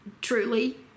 truly